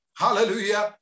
Hallelujah